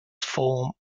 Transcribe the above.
form